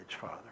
Father